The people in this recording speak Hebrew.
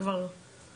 ארוכות דיברתי עליה.